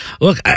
Look